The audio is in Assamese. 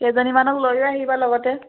কেইজনীমানক লৈও আহিবা লগতে